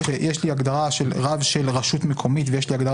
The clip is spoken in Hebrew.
ברגע שיש לי הגדרה של רב של רשות מקומית ויש לי הגדרה